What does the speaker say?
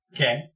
Okay